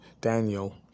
Daniel